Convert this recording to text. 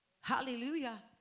Hallelujah